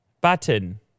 button